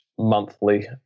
Monthly